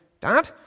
dad